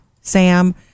Sam